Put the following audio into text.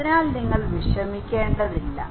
അതിനാൽ നിങ്ങൾ വിഷമിക്കേണ്ടതില്ല